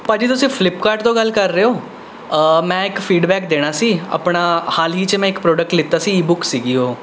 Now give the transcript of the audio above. ਭਾਅ ਜੀ ਤੁਸੀਂ ਫਲਿੱਪਕਾਰਟ ਤੋਂ ਗੱਲ ਕਰ ਰਹੇ ਹੋ ਮੈਂ ਇੱਕ ਫੀਡਬੈਕ ਦੇਣਾ ਸੀ ਆਪਣਾ ਹਾਲ ਹੀ 'ਚ ਮੈਂ ਇੱਕ ਪ੍ਰੋਡਕਟ ਲਿਆ ਸੀ ਜੀ ਈ ਬੁੱਕ ਸੀ ਉਹ